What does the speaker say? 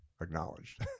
acknowledged